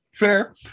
Fair